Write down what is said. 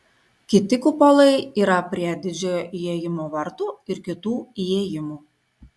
kiti kupolai yra prie didžiojo įėjimo vartų ir kitų įėjimų